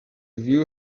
view